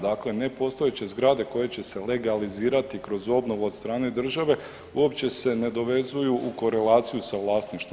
Dakle nepostojeće zgrade koje će se legalizirati kroz obnovu od strane države uopće se ne dovezuju u korelaciju sa vlasništvom.